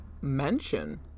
mention